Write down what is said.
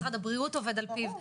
משרד הבריאות עובד לפיו.